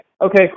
okay